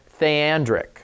theandric